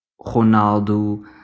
Ronaldo